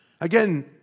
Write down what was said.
Again